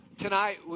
tonight